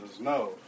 No